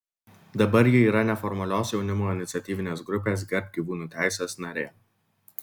dabar ji yra neformalios jaunimo iniciatyvinės grupės gerbk gyvūnų teises narė